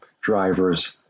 drivers